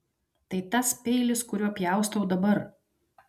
tai tas peilis kuriuo pjaustau dabar